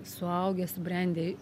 suaugę subrendę